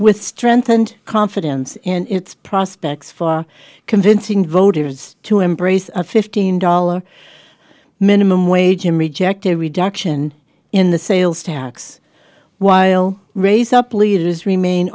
with strength and confidence in its prospects for convincing voters to embrace a fifteen dollar minimum wage and reject a reduction in the sales tax while raise up leaders remain